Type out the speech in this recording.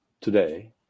today